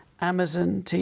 Amazon